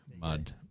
mud